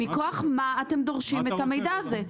מכוח מה אתם דורשים את המידע הזה?